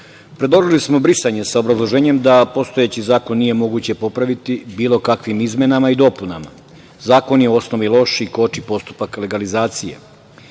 Predložili smo brisanje sa obrazloženjem da postojeći zakon nije moguće popraviti bilo kakvim izmenama i dopunama. Zakon je u osnovi loš i koči postupak legalizacije. Izmena